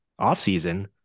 offseason